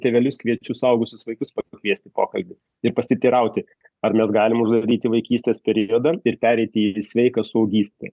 tėvelius kviečiu suaugusius vaikus pasikviesti pokalbiui ir pasiteirauti ar mes galim uždaryti vaikystės periodą ir pereiti į į sveiką suaugystę